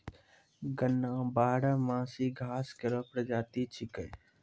गन्ना बारहमासी घास केरो प्रजाति छिकै